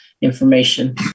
information